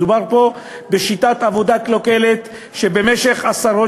מדובר פה בשיטת עבודה קלוקלת שבמשך עשרות